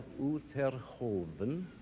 Uterhoven